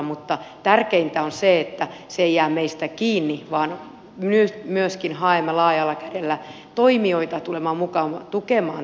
mutta tärkeintä on se että se ei jää meistä kiinni vaan myöskin haemme laajalla kädellä toimijoita tulemaan mukaan tukemaan tällaista